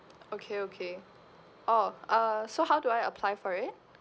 okay okay oh uh so how do I apply for it